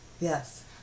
yes